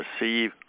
receive